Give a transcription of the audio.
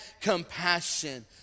compassion